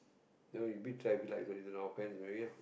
know you beat traffic light it's an offence already lah